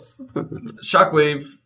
Shockwave